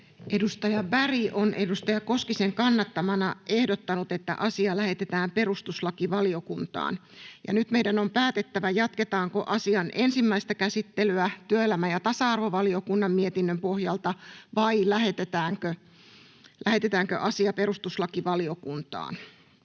Edustaja Berg on edustaja Koskisen kannattamana ehdottanut, että asia lähetetään perustuslakivaliokuntaan. Nyt meidän on päätettävä, jatketaanko asian ensimmäistä käsittelyä työelämä- ja tasa-arvovaliokunnan mietinnön pohjalta vai lähetetäänkö asia perustuslakivaliokuntaan.